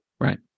Right